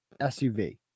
SUV